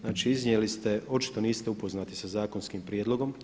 Znači iznijeli ste očito niste upoznati sa zakonskim prijedlogom.